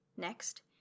Next